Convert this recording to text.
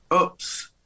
oops